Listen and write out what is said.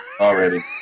Already